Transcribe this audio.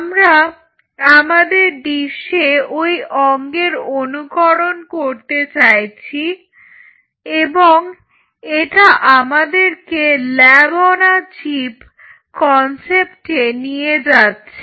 আমরা আমাদের ডিসে ওই অঙ্গের অনুকরণ করতে চাইছি এবং এটা আমাদেরকে ল্যাব অন এ চিপ কনসেপ্টে নিয়ে যাচ্ছে